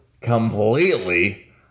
completely